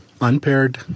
unpaired